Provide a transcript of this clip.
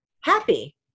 happy